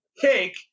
cake